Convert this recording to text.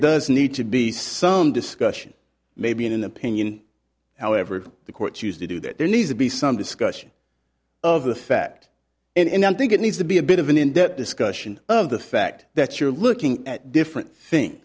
does need to be some discussion maybe an opinion however the court used to do that there needs to be some discussion of the fact and i think it needs to be a bit of an in depth discussion of the fact that you're looking at different things